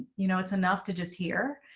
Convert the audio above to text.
you know, it's enough to just hear.